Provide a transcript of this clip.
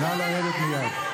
נא לרדת מייד.